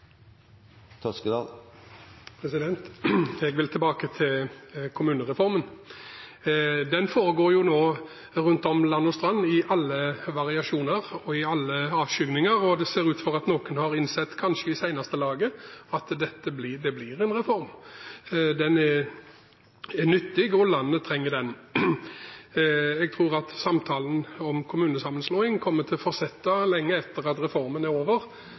Toskedal – til oppfølgingsspørsmål. Jeg vil tilbake til kommunereformen. Den foregår nå rundt om – land og strand – i alle variasjoner og i alle avskygninger. Og det ser ut til at noen har innsett – kanskje i seneste laget – at det blir en reform. Den er nyttig, og landet trenger den. Jeg tror at samtalene om kommunesammenslåing kommer til å fortsette lenge etter at reformen er over,